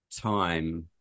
time